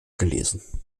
gelesen